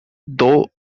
though